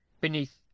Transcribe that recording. beneath